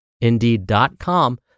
indeed.com